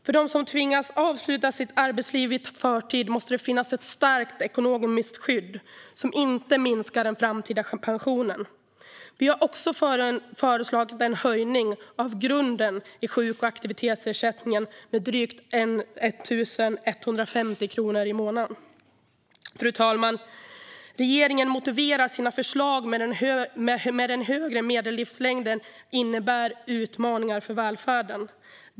För dem som tvingas avsluta sitt arbetsliv i förtid måste det finnas ett starkt ekonomiskt skydd som inte minskar den framtida pensionen. Vi har också föreslagit en höjning av grunden i sjuk och aktivitetsersättningen med drygt 1 150 kronor i månaden. Fru talman! Regeringen motiverar sina förslag med att den högre medellivslängden innebär utmaningar för välfärden.